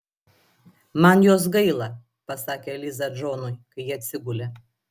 man jos gaila pasakė liza džonui kai jie atsigulė